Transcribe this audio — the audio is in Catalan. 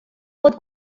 pot